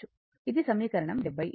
ఇది సమీకరణం 77